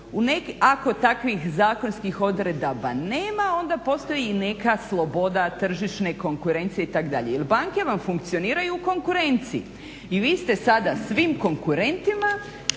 Ako takvih zakonskih odredaba nema onda postoji i neka sloboda tržišne konkurencije itd. Jel banke vam funkcioniraju u konkurenciji i vi ste sada svim konkurentima